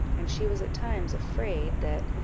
and she was at times afraid that,